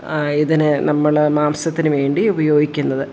ഇതിനെ നമ്മൾ മാംസത്തിന് വേണ്ടി ഉപയോഗിക്കുന്നത്